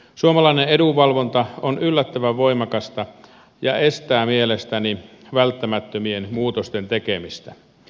suomalainen edunvalvonta on yllättävän voimakasta ja estää mielestäni välttämättömien muutosten tekemistä